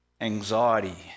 anxiety